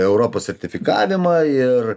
europos sertifikavimą ir